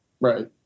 right